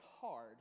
hard